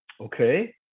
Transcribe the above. Okay